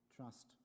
trust